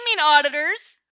auditors